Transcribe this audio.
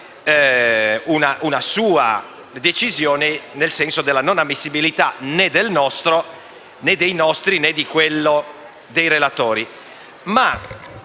Grazie